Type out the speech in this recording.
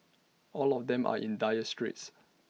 all of them are in dire straits